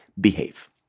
behave